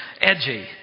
Edgy